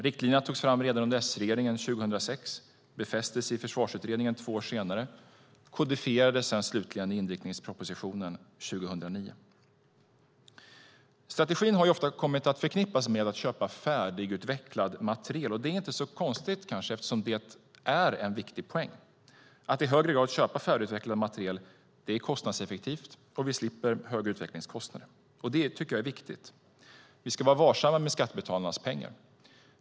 Riktlinjerna togs fram redan under S-regeringen 2006, befästes sedan i försvarsutredningen två år senare och kodifierades slutligen i inriktningspropositionen 2009. Strategin har ofta kommit att förknippas med att köpa färdigutvecklad materiel. Det är inte så konstigt eftersom det är en viktig poäng. Att i högre grad köpa färdigutvecklad materiel är kostnadseffektivt eftersom vi slipper höga utvecklingskostnader. Det tycker jag är viktigt. Vi ska vara varsamma med skattebetalarnas pengar.